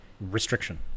restriction